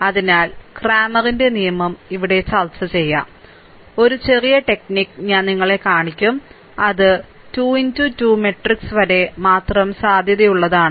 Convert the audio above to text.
അതിനാൽ ക്രാമറിന്റെ നിയമംCramer's rule ഇവിടെ ചർച്ചചെയ്യും ഒരു ചെറിയ ടെക്നിക് ഞാൻ നിങ്ങളെ കാണിക്കും അത് 2 മുതൽ 2 മാട്രിക്സ് വരെ മാത്രം സാധുതയുള്ളതാണ്